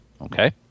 Okay